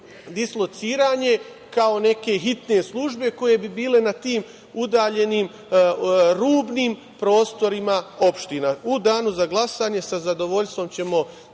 dislociranje, kao neke hitne službe koje bi bile na tim udaljenim, rubnim prostorima opština.U danu za glasanje, sa zadovoljstvom ćemo